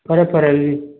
ꯐꯔꯦ ꯐꯔꯦ ꯑꯗꯨꯗꯤ